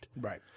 Right